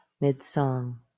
mid-song